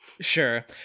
Sure